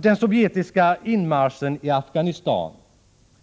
Den sovjetiska inmarschen i Afghanistan